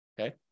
Okay